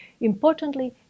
Importantly